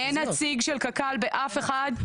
אין נציג של קק"ל באף אחת.